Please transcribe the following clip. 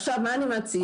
עכשיו, מה אני מציעה?